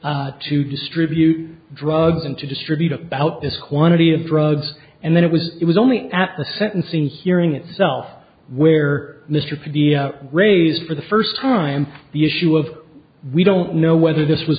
e to distribute drugs and to distribute about this quantity of drugs and then it was it was only at the sentencing hearing itself where mr for the raise for the first time the issue of we don't know whether this was